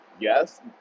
yes